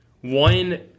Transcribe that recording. one